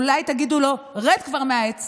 אולי תגידו לו: רד כבר מהעץ